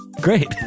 Great